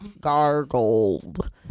gargled